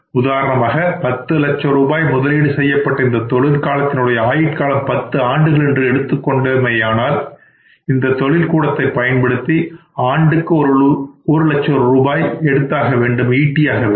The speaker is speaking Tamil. உதாரணமாக பத்து லட்ச ரூபாய் முதலீடு செய்யப்பட்ட இந்த தொழில்கூடத்தின் ஆயுட்காலம் 10 ஆண்டுகள் என்று எடுத்துக் கொண்டோமானால் இந்த தொழில்கூடத்தைப் பயன்படுத்தி ஆண்டுக்கு ஒரு லட்ச ரூபாய் எடுத்தாக ஈட்ட வேண்டும்